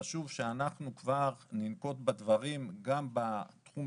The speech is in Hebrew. חשוב שאנחנו כבר ננקוט בדברים גם בתחום